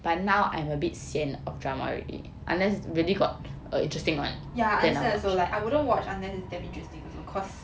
ya I understand also like I wouldn't watch unless it's damn interesting also cause